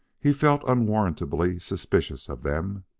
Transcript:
he felt unwarrantably suspicious of them.